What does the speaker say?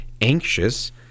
anxious